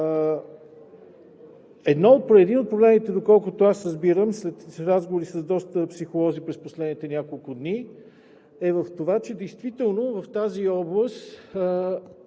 Един от проблемите, доколкото разбирам след разговори с доста психолози през последните няколко дни е в това, че действително в тази област